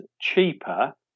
cheaper